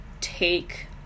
take